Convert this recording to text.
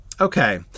Okay